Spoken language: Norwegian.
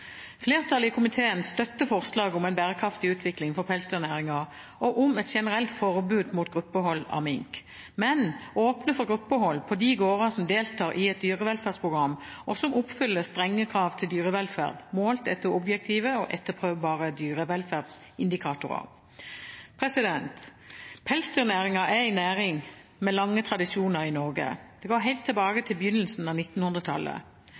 Flertallet i komiteen støtter forslaget om en bærekraftig utvikling for pelsdyrnæringen og om et generelt forbud mot gruppehold av mink, men åpner for gruppehold på gårder som deltar i et dyrevelferdsprogram, og som oppfyller strenge krav til dyrevelferd målt etter objektive og etterprøvbare dyrevelferdsindikatorer. Pelsdyrnæringen er en næring med lange tradisjoner i Norge, helt tilbake til begynnelsen av 1900-tallet. Norsk pelsdyrnæring er en viktig del av